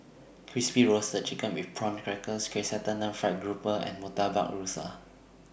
Crispy Roasted Chicken with Prawn Crackers Chrysanthemum Fried Grouper and Murtabak Rusa